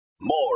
More